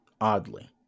oddly